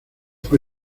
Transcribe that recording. fue